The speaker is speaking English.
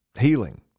healing